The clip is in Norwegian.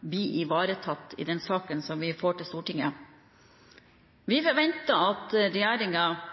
blir ivaretatt i den saken vi får til Stortinget. Vi forventer at